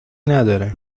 نداره